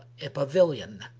a pavilion,